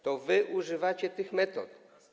To wy używacie tych metod.